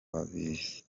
babizi